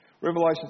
Revelation